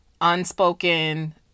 unspoken